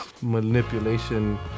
manipulation